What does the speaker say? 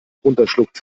runterschluckt